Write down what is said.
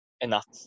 enough